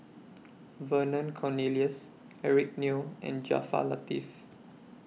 Vernon Cornelius Eric Neo and Jaafar Latiff